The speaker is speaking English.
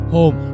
Home